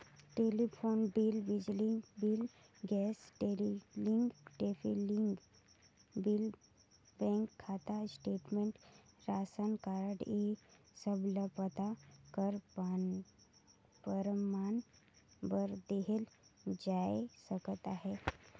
telephone bill, बिजली bill, gas refilling bill, bank खाता statement, ration card ए सब ल पता कर परमान बर देहल जाए सकत अहे